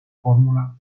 fórmula